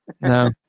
No